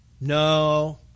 No